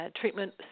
treatment